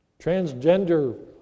Transgender